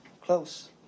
Close